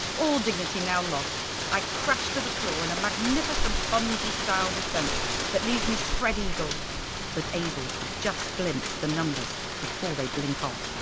all dignity now lost i crash to the floor in a magnificent bungee style descent that leaves me spread-eagled but able to just glimpse the numbers before they blink off.